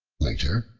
later,